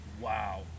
Wow